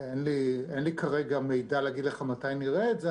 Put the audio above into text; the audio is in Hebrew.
אין לי כרגע מידע להגיד לך מתי נראה את זה.